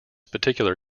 particular